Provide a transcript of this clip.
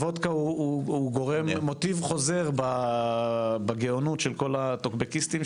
הוודקה הוא מוטיב חוזר בגאונות של כל הטוקבקיסטים,